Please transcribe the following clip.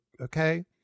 okay